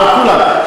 על כולם.